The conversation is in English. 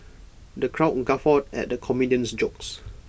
the crowd guffawed at the comedian's jokes